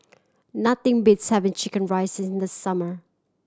nothing beats having chicken rice in the summer